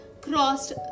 crossed